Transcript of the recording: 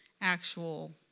actual